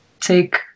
take